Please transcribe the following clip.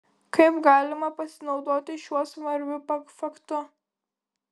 kaip galima pasinaudoti šiuo svarbiu faktu